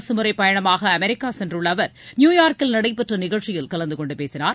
அரசுமுறை பயணமாக அமெரிக்கா சென்றுள்ள அவா் நியூயாா்க்கில் நடைபெற்ற நிகழ்ச்சியில் கலந்தகொண்டு பேசினார்